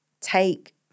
take